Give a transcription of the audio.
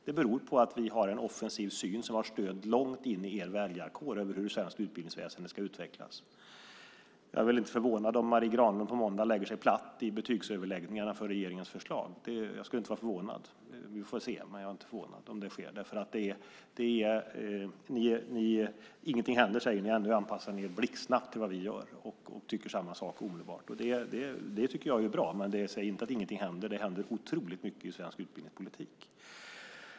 Det beror på att vi har en offensiv syn på hur svenskt utbildningsväsende ska utvecklas som har stöd långt in i er väljarkår. Jag är inte förvånad om Marie Granlund på måndag lägger sig platt för regeringens förslag i betygsöverläggningarna. Vi får se, men jag är inte förvånad om det sker. Ingenting händer, säger ni, ändå anpassar ni er blixtsnabbt till det vi gör och tycker omedelbart samma sak. Jag tycker ju att det är bra, men säg inte att ingenting händer. Det händer otroligt mycket i svensk utbildningspolitik.